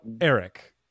eric